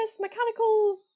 Mechanical